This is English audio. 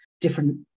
different